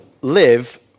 live